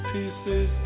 Pieces